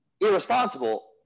Irresponsible